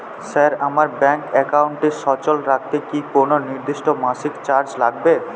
Sir আমার bank একাউন্টটি সচল রাখতে কি কোনো নির্দিষ্ট মাসিক চার্জ লাগবে?